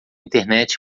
internet